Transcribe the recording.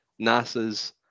nasa's